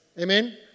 Amen